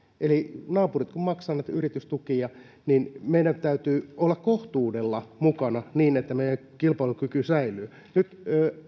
eli kun naapurit maksavat näitä yritystukia niin meidän täytyy olla kohtuudella mukana niin että meidän kilpailukykymme säilyy nyt